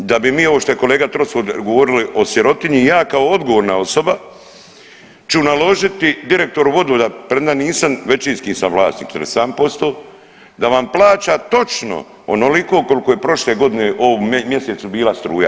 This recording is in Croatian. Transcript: Da bi mi ovo što je kolega Troskot govorili o sirotinji, ja kao odgovorna osoba ću naložiti direktoru vodovoda premda nisam većinski sam vlasnik 47% da vam plaća točno onoliko koliko je prošle godine u ovom mjesecu bila struja.